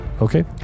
Okay